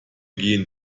gehen